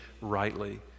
rightly